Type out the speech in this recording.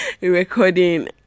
recording